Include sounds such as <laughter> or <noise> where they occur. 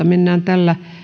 <unintelligible> mennään tällä